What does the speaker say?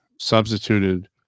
substituted